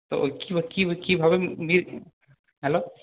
তো ওই কী কীভাবে হ্যালো